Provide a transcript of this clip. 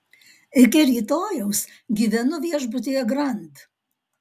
iki rytojaus gyvenu viešbutyje grand